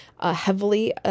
heavily